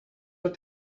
put